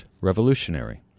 revolutionary